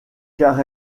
car